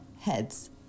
heads